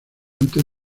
antes